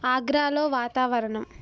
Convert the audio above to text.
ఆగ్రాలో వాతావరణం